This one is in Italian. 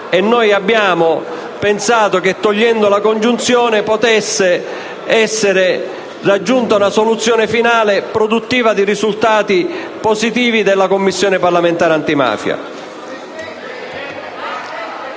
e noi pensiamo che eliminando la congiunzione «e» possa essere raggiunta la soluzione finale produttiva di risultati positivi della Commissione parlamentare antimafia.